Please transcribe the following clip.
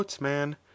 man